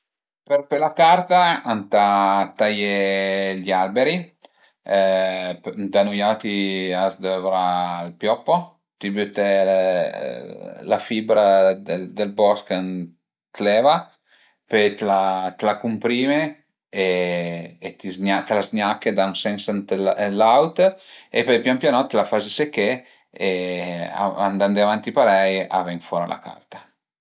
Për fe la carta ëntà taié gli alberi, da nui auti a s'dövra ël pioppo, ti büte la fibra dël bosch ën l'eva, pöi t'la cumprime e ti z-gnache, t'la z-gnache da ün sens ën l'aut e pöi pian pianot la faze seché e a andé avanti parei a ven fora la carta